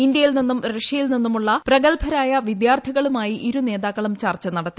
ഇന്ത്യയിൽ നിന്നും റഷ്യയിൽ നിന്നുമുള്ള പ്രഗൽഭരായ വിദ്യാർത്ഥികളുമായി ഇരുനേതാക്കളൂം ചർച്ച നടത്തി